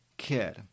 Kid